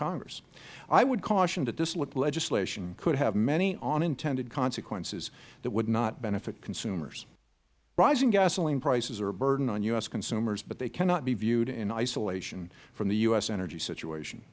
congress i would caution that this legislation could have many unintended consequences that would not benefit consumers rising gasoline prices are a burden on u s consumers but they cannot be viewed in isolation from the u s energy situation